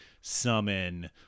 summon